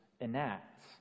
enacts